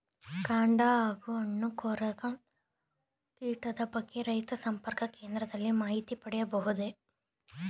ಕಾಂಡ ಹಾಗೂ ಹಣ್ಣು ಕೊರಕ ಕೀಟದ ಬಗ್ಗೆ ರೈತ ಸಂಪರ್ಕ ಕೇಂದ್ರದಲ್ಲಿ ಮಾಹಿತಿ ಪಡೆಯಬಹುದೇ?